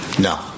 No